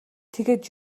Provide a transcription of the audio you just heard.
тэгээд